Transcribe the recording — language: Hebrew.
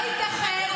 טלי גוטליב, לא ייתכן